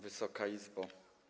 Wysoka Izbo!